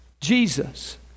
Jesus